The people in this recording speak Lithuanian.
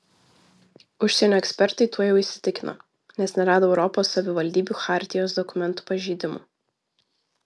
užsienio ekspertai tuo jau įsitikino nes nerado europos savivaldybių chartijos dokumentų pažeidimų